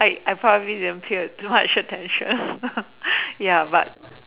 I I probably didn't teared I should I should but I